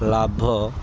ଲାଭ